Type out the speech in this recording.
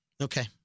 Okay